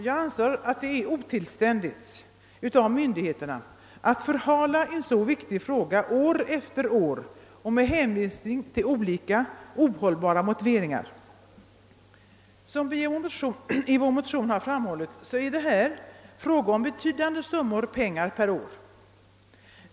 Jag anser det vara otillständigt av myndigheterna att förhala en så viktig fråga år efter år med hänvisning till olika ohållbara motiveringar. Som vi i vår motion har framhållit är det här fråga om betydande summor pengar per år.